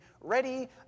ready